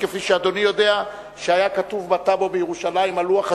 כפי שאדוני יודע שהיה כתוב בטאבו בירושלים על לוח השיש,